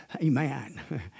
Amen